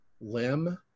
limb